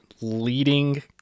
leading